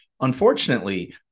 unfortunately